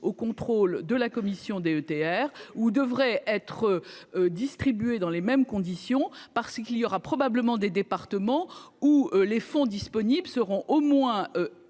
au contrôle de la commission DETR ou devraient être distribués dans les mêmes conditions, parce qu'il y aura probablement des départements où les fonds disponibles seront au moins